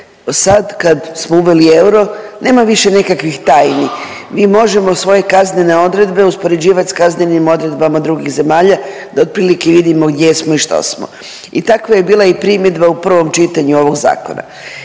sad kad smo uveli euro nema više nekakvih tajni. Mi možemo svoje kaznene odredbe uspoređivati s kaznenim odredbama drugih zemalja da otprilike vidimo gdje smo i što smo. I takva je i bila primjedba u provom čitanju ovog zakona.